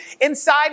Inside